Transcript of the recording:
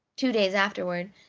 two days afterward,